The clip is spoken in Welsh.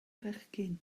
fechgyn